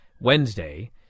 Wednesday